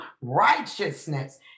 righteousness